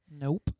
Nope